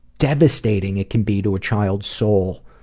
devastating it can be to a childs soul,